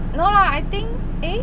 no lah I think eh